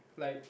like